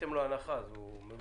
עשיתם לו הנחה, אז הוא מרוצה.